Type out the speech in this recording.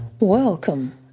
Welcome